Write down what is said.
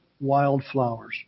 wildflowers